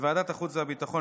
בוועדת החוץ והביטחון,